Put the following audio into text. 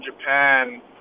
Japan